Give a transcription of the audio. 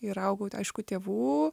ir augau tai aišku tėvų